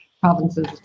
provinces